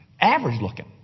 average-looking